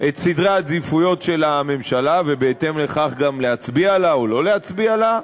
את סדרי העדיפויות של הממשלה ובהתאם לכך גם להצביע לה או לא להצביע לה,